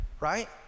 right